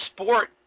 sport